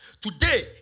Today